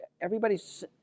Everybody's